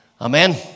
Amen